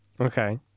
Okay